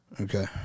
Okay